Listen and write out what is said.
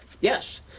yes